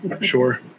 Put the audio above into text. Sure